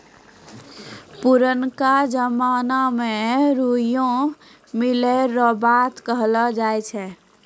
पुरनका जमाना मे रुइया मिलै रो बात कहलौ जाय छै